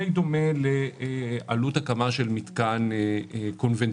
די דומה לעלות הקמה של מתקן קונבנציונלי.